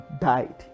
died